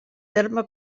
terme